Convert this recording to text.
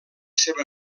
seva